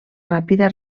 ràpida